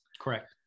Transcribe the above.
Correct